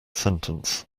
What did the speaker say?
sentence